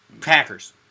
Packers